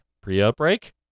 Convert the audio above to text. pre-outbreak